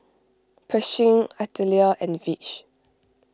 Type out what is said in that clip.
Pershing Artelia and Vidge